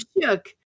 shook